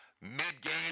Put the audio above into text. mid-game